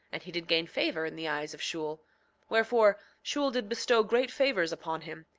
and he did gain favor in the eyes of shule wherefore shule did bestow great favors upon him,